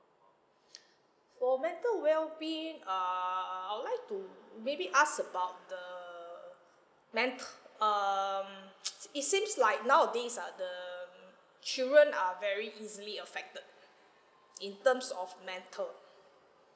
for mental wellbeing err I'll like to maybe ask about the ment~ err it seems like nowadays ah the children are very easily affected in terms of mental